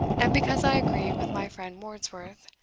and because i agree, with my friend wordsworth,